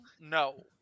No